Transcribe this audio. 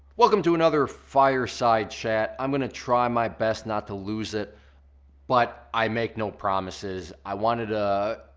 welcome to another fireside chat. i'm gonna try my best not to lose it but i make no promises. i wanted a,